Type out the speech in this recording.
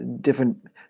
different